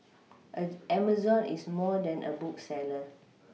as Amazon is more than a bookseller